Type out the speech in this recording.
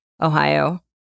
Ohio